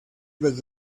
was